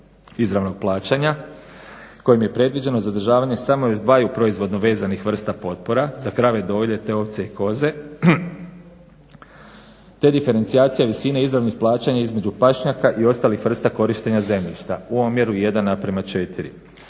izravnog plaćanja kojim je predviđeno zadržavanje samo još 2 proizvodno vezanih vrsta potpora za krave dojilje te ovce i koze te diferencijacija visine izravnih plaćanja između pašnjaka i ostalih vrsta korištenja zemljišta u omjeru 1 na prema 4.